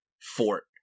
fort